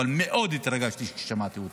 אבל מאוד התרגשתי כששמעתי אותה,